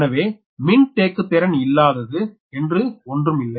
எனவே மின்தேக்குத் திறன் இல்லாதது என்று ஒன்றுமில்லை